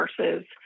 versus